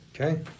Okay